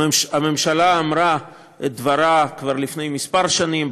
הממשלה אמרה את דברה כבר לפני כמה שנים,